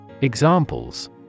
Examples